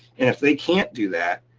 and if they can't do that,